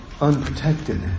unprotected